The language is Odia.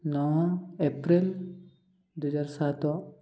ନଅ ଏପ୍ରିଲ ଦୁଇହଜାର ସାତ